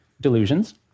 delusions